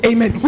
Amen